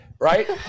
right